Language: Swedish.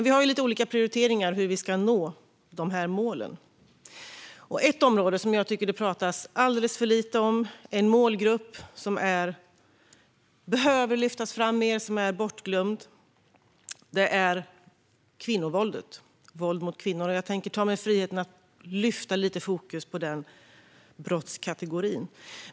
Vi har dock lite olika prioriteringar när det gäller hur målen ska nås. Ett område som jag tycker att det pratas alldeles för lite om och som behöver lyftas fram mer - som är bortglömt - är våld mot kvinnor. Jag tänker ta mig friheten att lite grann sätta fokus på den brottskategorin.